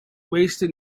wasted